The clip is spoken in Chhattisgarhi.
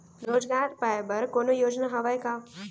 रोजगार पाए बर कोनो योजना हवय का?